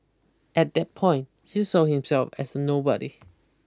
at that point he saw himself as a nobody